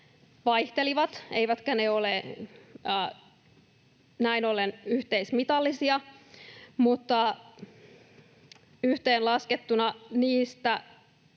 vaihtelivat, eivätkä ne ole näin ollen yhteismitallisia, mutta yhteen laskettuna niistä